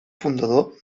fundador